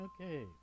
Okay